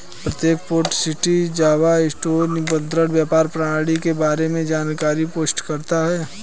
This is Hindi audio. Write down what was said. प्रत्येक पोर्ट सिटी जावा स्टोर निष्पक्ष व्यापार प्रणाली के बारे में जानकारी पोस्ट करता है